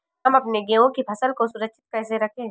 हम अपने गेहूँ की फसल को सुरक्षित कैसे रखें?